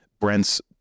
Brent's